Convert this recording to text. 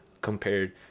compared